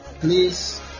Please